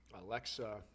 Alexa